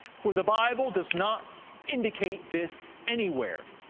for the bible does not indicate this anywhere.